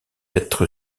être